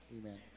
Amen